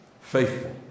faithful